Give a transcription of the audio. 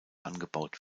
angebaut